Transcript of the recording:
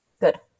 Good